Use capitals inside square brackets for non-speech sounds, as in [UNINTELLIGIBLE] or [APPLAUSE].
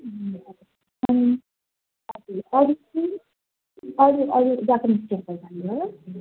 अँ [UNINTELLIGIBLE] हजुर अरू चाहिँ अरू अरू जापानिस टेम्पल भन्नुभयो